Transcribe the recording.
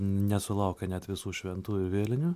nesulaukia net visų šventųjų ir vėlinių